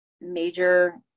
major